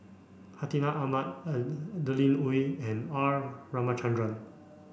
Hartinah Ahmad Adeline Ooi and R Ramachandran